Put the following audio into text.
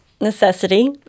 necessity